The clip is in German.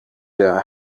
der